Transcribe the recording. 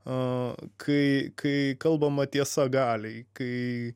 kai kai kalbama tiesa galiai kai